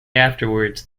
afterwards